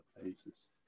places